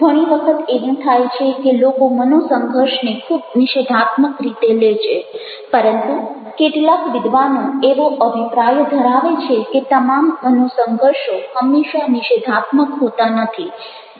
ઘણી વખત એવું થાય છે કે લોકો મનોસંઘર્ષને ખૂબ નિષેધાત્મક રીતે લે છે પરંતુ કેટલાક વિદ્વાનો એવો અભિપ્રાય ધરાવે છે કે તમામ મનોસંઘર્ષો હંમેશા નિષેધાત્મક હોતા નથી